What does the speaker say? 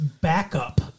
Backup